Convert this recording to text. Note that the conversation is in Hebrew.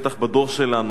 בטח בדור שלנו.